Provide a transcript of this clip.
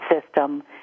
system